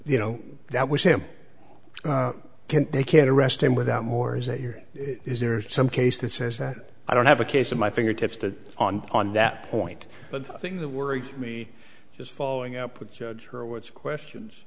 you know that was him can't they can't arrest him without more is that your is there some case that says that i don't have a case of my fingertips that on on that point but the thing that worries me is fall following up with judge hurwitz questions